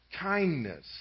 kindness